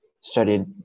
studied